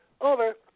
Over